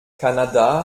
kanada